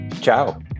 Ciao